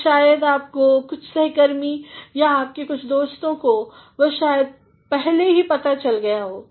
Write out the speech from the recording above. और शायद आपके कुछसहकर्मीया आपके कुछ दोस्तों को वह शायद पहले ही पता चल गया हो